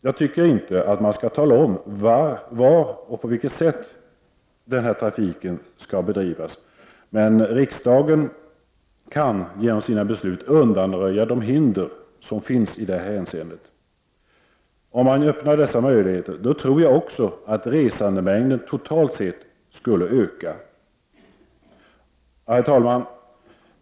Jag tycker inte att man skall tala om var och på vilket sätt denna trafik skall bedrivas, men riksdagen kan genom sina beslut undanröja de hinder som finns i det avseendet. Om dessa möjligheter öppnades, tror jag också att resandemängden totalt sett skulle öka. Herr talman!